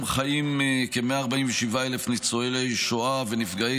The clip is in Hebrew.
היום חיים כ-147,000 ניצולי שואה ונפגעי